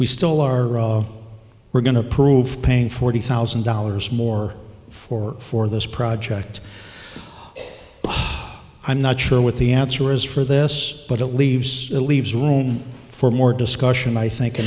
we still are we're going to prove paying forty thousand dollars more for for this project i'm not sure what the answer is for this but it leaves it leaves room for more discussion i think